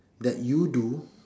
that you do